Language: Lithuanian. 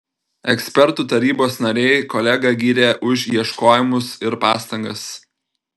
ekspertų tarybos nariai kolegą gyrė už ieškojimus ir pastangas